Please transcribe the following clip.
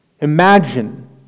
imagine